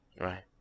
right